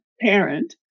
parent